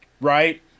Right